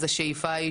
אז השאיפה היא